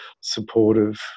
supportive